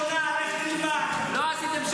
למה לא עשיתם,